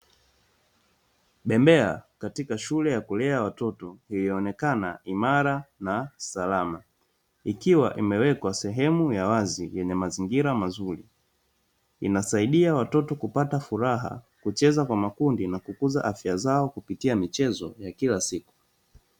Bembea katika shule ya kulea watoto ilionekana imara na salama, ikiwa imewekwa sehemu ya wazi yenye mazingira mazuri. Inasaidia watoto kupata furaha, kucheza kwa makundi na kukuza afya zao kupitia michezo ya kila siku.